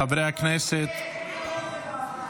חיילי צה"ל המתוקים שלנו, אין כמוכם.